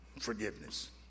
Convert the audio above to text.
forgiveness